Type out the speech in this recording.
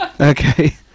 Okay